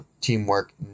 teamwork